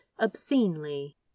obscenely